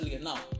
now